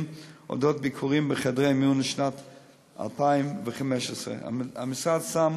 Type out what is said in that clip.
על אודות ביקורים בחדרי המיון לשנת 2015. המשרד שם